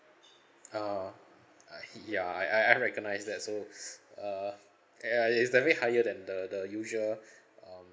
uh uh ya I I I recognise that so uh ya it's definitely higher than the the usual um